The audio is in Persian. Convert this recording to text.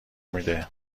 میده